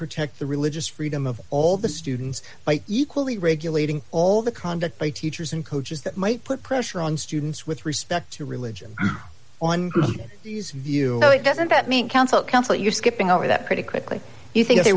protect the religious freedom of all the students by equally regulating all the conduct by teachers and coaches that might put pressure on students with respect to religion on these view so it doesn't that mean council council you're skipping over that pretty quickly you think they